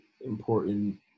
important